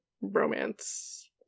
romance